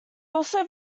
also